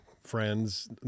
friends